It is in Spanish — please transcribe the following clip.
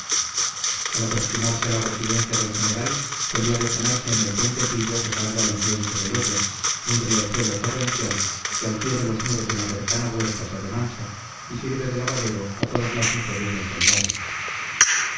al aproximarse a la residencia del general solía detenerse en el puentecillo que salva el afluente del oria un riachuelo torrencial que al pie de los muros de la cercana huerta se remansa y sirve de lavadero a todas las mujeres de aquel barrio